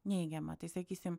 neigiamą tai sakysim